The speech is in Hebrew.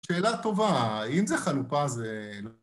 שאלה טובה, אם זה חלופה זה...